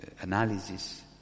analysis